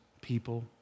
people